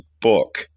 book